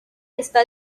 está